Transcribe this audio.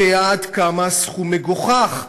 יודע עד כמה הסכום מגוחך.